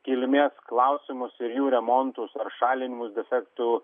kilmės klausimus ir jų remontus ar šalinimus defektų